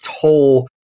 toll